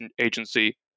agency